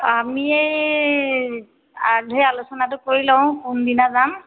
অঁ আমি এই আগধৰি আলোচনাটো কৰি লওঁ কোনদিনা যাম